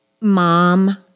mom